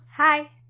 Hi